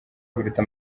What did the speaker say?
biruta